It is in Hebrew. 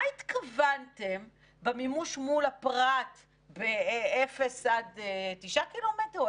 מה התכוונתם במימוש מול הפרט ב-0 9 קילומטרים או